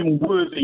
worthy